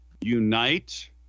Unite